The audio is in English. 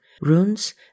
runes